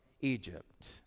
Egypt